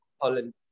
Holland